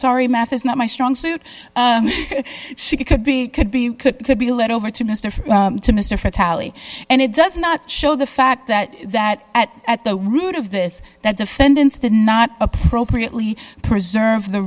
sorry math is not my strong suit she could be could be could could be laid over to mr to mr fatality and it does not show the fact that that at at the root of this that defendants did not appropriately preserve the